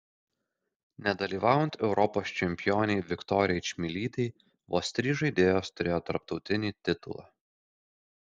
nedalyvaujant europos čempionei viktorijai čmilytei vos trys žaidėjos turėjo tarptautinį titulą